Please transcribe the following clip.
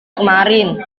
kemarin